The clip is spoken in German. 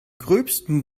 gröbsten